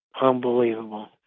Unbelievable